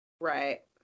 right